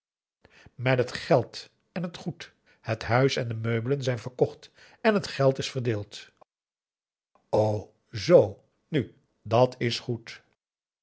met het geld en het goed het huis en de meubelen zijn verkocht en het geld is verdeeld o zoo nu dat is goed